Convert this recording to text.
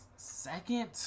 Second